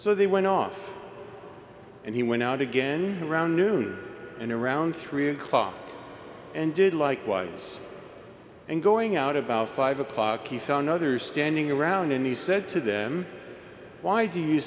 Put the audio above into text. so they went off and he went out again around noon and around three o'clock and did likewise and going out about five o'clock he found others standing around and he said to them why do you